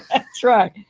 that's right.